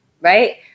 right